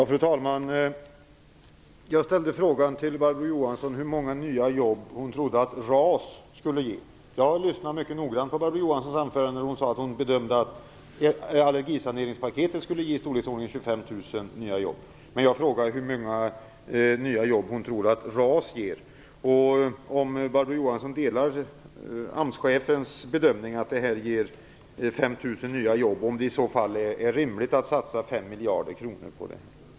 Fru talman! Jag ställde frågan till Barbro Johansson hur många nya jobb hon trodde att RAS skulle ge. Jag lyssnade mycket noggrant på hennes anförande, och hon sade att hon bedömde att allergisaneringspaketet skulle ge ca 25 000 nya jobb. Men jag frågade hur många nya jobb hon trodde att RAS skulle ge. Om Barbro Johansson delar AMS-chefens bedömning, dvs. att det ger 5 000 nya jobb, tycker hon då att det är rimligt att satsa 5 miljarder kronor på det?